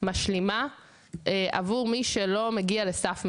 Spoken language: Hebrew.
משלימה עבור מי שלא מגיע לסף מסוים.